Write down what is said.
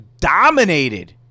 dominated